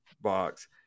box